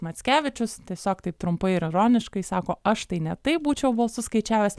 mackevičius tiesiog taip trumpai ironiškai sako aš tai ne taip būčiau balsus skaičiavęs